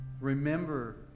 Remember